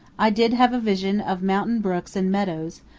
i did have a vision of mountain brooks and meadows,